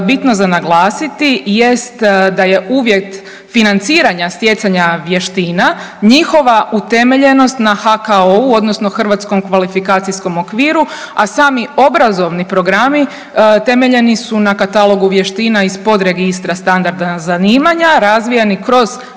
bitno za naglasiti jest da je uvjet financiranja stjecanja vještina njihova utemeljenost na HKU, odnosno hrvatskom kvalifikacijskom okviru, a sami obrazovni programi temeljeni su na katalogu vještina iz podregistra standardna zanimanja razvijani kroz